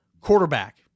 Quarterback